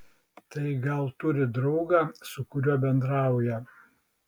tai gal turi draugą su kuriuo bendrauja